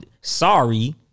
sorry